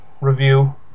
review